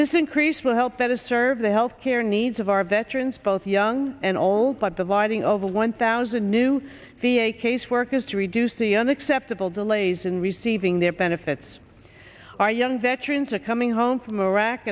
this increase will help that is serve the health care needs of our veterans both young and old but dividing over one thousand new v a caseworkers to reduce the unacceptable delays in receiving their benefits our young veterans are coming home from iraq